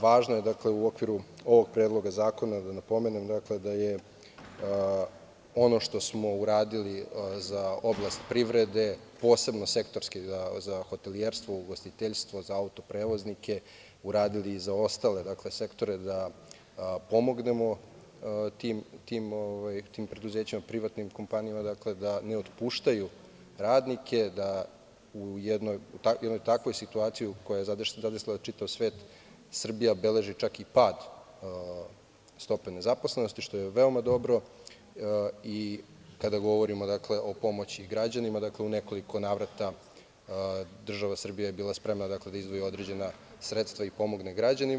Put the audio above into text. Važno je u okviru ovog predloga zakona da je ono što smo uradili za oblast privrede, posebno sektorski, za hotelijerstvo, ugostiteljstvo, za autoprevoznike, uradili i za ostale sektore, da pomognemo tim preduzećima, privatnim kompanijama da ne otpuštaju radnike, da u jednoj takvoj situaciji koja je zadesila čitav svet Srbija beleži čak i pad stope nezaposlenosti, što je veoma dobro i kada govorimo o pomoći građanima u nekoliko navrata država Srbije je bila spremna da izdvoji određena sredstva i pomogne građanima.